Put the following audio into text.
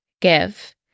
give